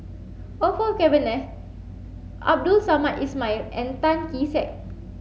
Orfeur Cavenagh Abdul Samad Ismail and Tan Kee Sek